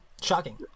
Shocking